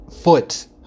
foot